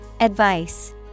Advice